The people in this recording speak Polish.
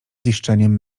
ziszczeniem